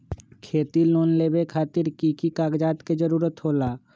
खेती लोन लेबे खातिर की की कागजात के जरूरत होला?